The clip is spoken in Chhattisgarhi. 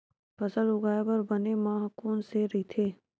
फसल उगाये बर बने माह कोन से राइथे?